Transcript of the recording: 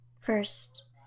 first